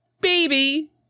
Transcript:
baby